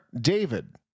David